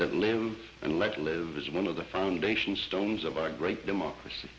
live and let live is one of the foundation stones of our great democracy